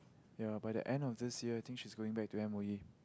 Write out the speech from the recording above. ya by the end of this year I think she's going back to M_O_E